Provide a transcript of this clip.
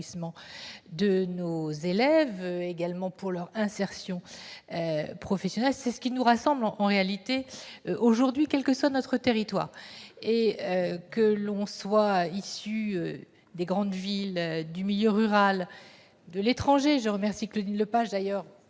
des élèves, ainsi que pour leur insertion professionnelle. C'est ce qui nous rassemble aujourd'hui. Quel que soit notre territoire, que l'on soit issu des grandes villes, du milieu rural, d'un pays étranger- je remercie Claudine Lepage d'avoir